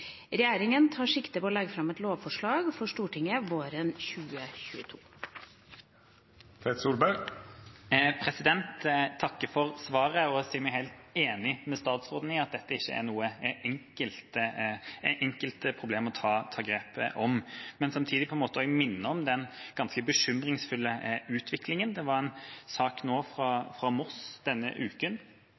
Jeg takker for svaret, og jeg sier meg helt enig med statsråden i at dette ikke er noe enkelt problem å ta grep om. Samtidig vil jeg minne om den ganske bekymringsfulle utviklingen. Det var en sak fra Moss denne uken